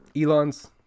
Elon's